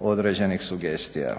određenih sugestija.